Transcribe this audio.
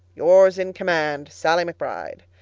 yours in command, sallie mcbride.